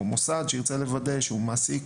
או מוסד שירצה לוודא שהוא מעסיק